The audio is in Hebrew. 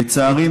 לצערי,